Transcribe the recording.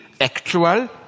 actual